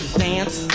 dance